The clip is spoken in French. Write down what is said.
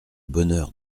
bonheur